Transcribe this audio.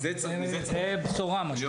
זאת בשורה לרעה, מה שאת אומר.